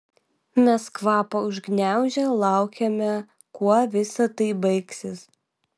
mes kvapą užgniaužę laukėme kuo visa tai baigsis